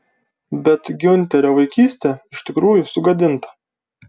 bet giunterio vaikystė iš tikrųjų sugadinta